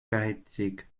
geizig